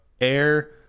air